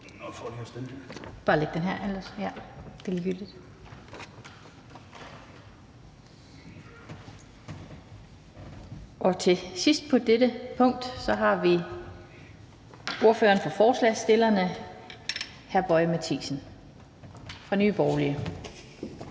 taler under dette punkt har vi ordføreren for forslagsstillerne, hr. Lars Boje Mathiesen fra Nye Borgerlige.